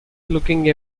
looking